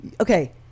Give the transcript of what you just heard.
okay